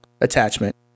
attachment